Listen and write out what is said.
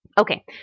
Okay